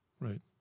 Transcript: right